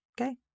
Okay